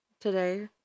today